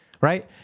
right